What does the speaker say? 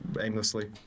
aimlessly